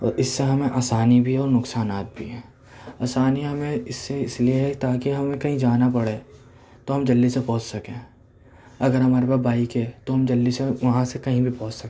اور اس سے ہمیں آسانی بھی اور نقصانات بھی ہیں آسانیاں ہمیں اس سے اس لیے ہے تاکہ ہمیں کہیں جانا پڑے تو ہم جلدی سے پہنچ سکیں اگر ہمارے پاس بائک ہے تو ہم جلدی سے وہاں سے کہیں بھی پہنچ سکتے ہیں